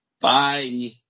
Bye